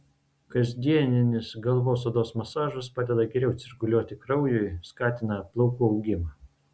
kasdieninis galvos odos masažas padeda geriau cirkuliuoti kraujui skatina plaukų augimą